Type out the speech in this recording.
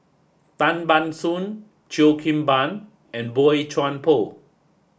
Tan Ban Soon Cheo Kim Ban and Boey Chuan Poh